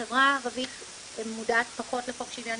החברה הערבית מודעת פחות לחוק שוויון